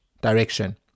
direction